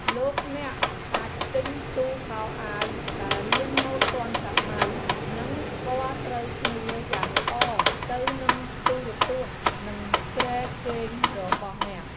លោកអ្នកអាចទិញទូខោអាវដែលមានម៉ូដទាន់សម័យនិងពណ៌ត្រូវគ្នាយ៉ាងល្អទៅនឹងទូរទស្សន៍និងគ្រែគេងរបស់អ្នក។